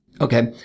Okay